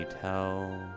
tell